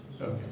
Okay